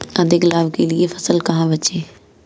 अधिक लाभ के लिए फसल कहाँ बेचें?